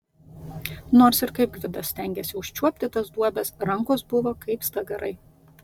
nors ir kaip gvidas stengėsi užčiuopti tas duobes rankos buvo kaip stagarai